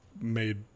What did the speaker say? made